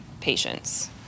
patients